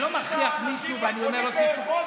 עוד מעט תכריחו את האנשים והחולים לאכול חמץ.